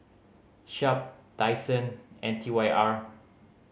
Sharp Daiso and T Y R